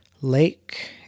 lake